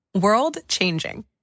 world-changing